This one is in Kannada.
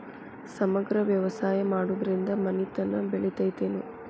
ಸಮಗ್ರ ವ್ಯವಸಾಯ ಮಾಡುದ್ರಿಂದ ಮನಿತನ ಬೇಳಿತೈತೇನು?